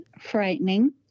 frightening